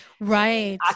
right